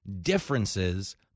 differences